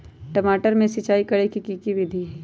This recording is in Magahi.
टमाटर में सिचाई करे के की विधि हई?